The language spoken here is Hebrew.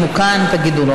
אם הוא כאן, תגידו לו.